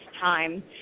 time